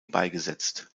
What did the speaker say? beigesetzt